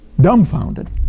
dumbfounded